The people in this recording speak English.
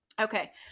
Okay